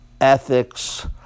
ethics